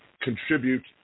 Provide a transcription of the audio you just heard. contribute